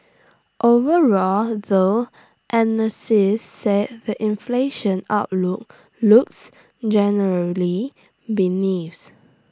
overall though analysts say the inflation outlook looks generally